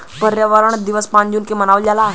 पर्यावरण दिवस पाँच जून के मनावल जाला